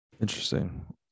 Interesting